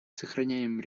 сохраняем